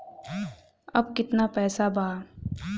अब कितना पैसा बा?